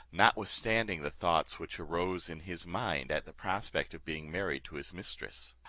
notwithstanding the thoughts which arose in his mind at the prospect of being married to his mistress.